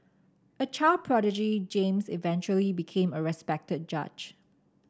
a child prodigy James eventually became a respected judge